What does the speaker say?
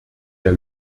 der